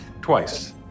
Twice